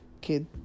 kid